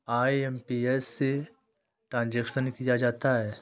IMPS से transaction किया जाता है